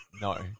no